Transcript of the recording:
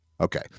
okay